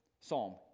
psalm